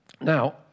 Now